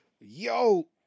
yo